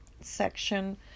section